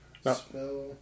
spell